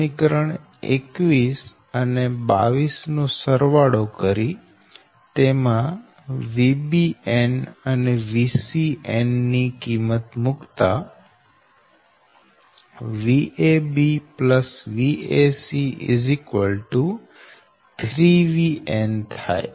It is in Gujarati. સમીકરણ 21 અને 22 નો સરવાળો કરી તેમાં Vbn અને Vcn ની કિંમત મુકતા Vab Vac 3Van થાય